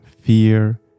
fear